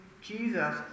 Jesus